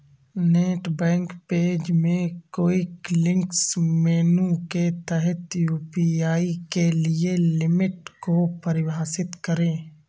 net bank page में quick links menu के तहत यू.पी.आई के लिए लिमिट को परिभाषित करें